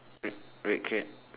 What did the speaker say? red red crate